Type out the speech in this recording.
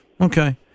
Okay